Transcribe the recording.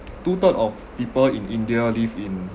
two third of people in india live in